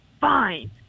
Fine